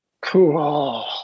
Cool